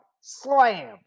Slam